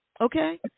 Okay